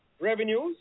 revenues